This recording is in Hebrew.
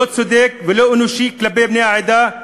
לא צודק ולא אנושי כלפי בני העדה.